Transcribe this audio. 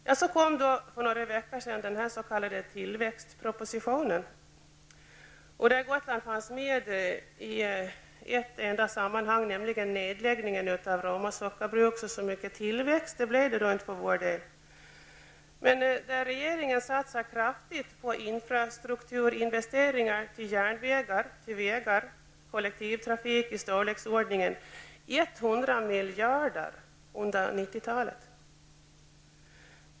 Och så kom då för några veckor sedan den s.k. tillväxtpropositionen, där Gotland fanns med i ett enda sammanhang, nämligen nedläggningen av Roma sockerbruk. Så särskilt mycket tillväxt blev det inte för vår del. Men i propositionen satsar regeringen kraftigt på infrastrukturinvesteringar till järnvägar, vägar, kollektivtrafik i storleksordningen 100 miljarder under 90-talet.